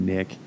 Nick